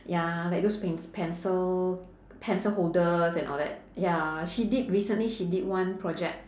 ya like those penc~ pencil pencil holders and all that ya she did recently she did one project